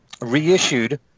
reissued